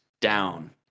down